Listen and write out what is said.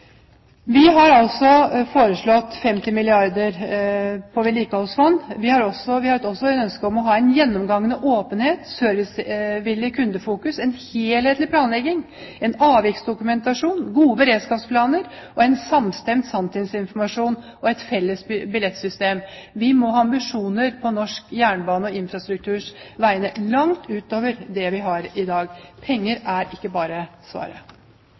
Vi har altså foreslått 50 milliarder kr til vedlikeholdsfond. Vi har også et ønske om å ha en gjennomgående åpenhet, servicevillig kundefokus, en helhetlig planlegging, en avviksdokumentasjon, gode beredskapsplaner, en samstemt sanntidsinformasjon og et felles billettsystem. Vi må ha ambisjoner på norsk jernbane og infrastrukturs vegne – langt ut over det vi har i dag. Svaret er ikke bare